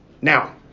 Now